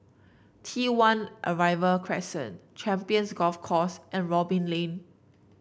T One Arrival Crescent Champions Golf Course and Robin Lane